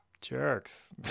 jerks